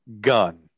gun